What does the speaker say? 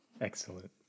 Excellent